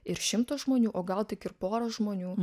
ir šimtas žmonių o gal tik ir pora žmonių